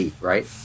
right